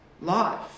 life